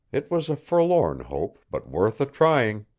it was a forlorn hope, but worth the trying.